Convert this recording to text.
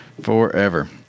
forever